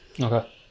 Okay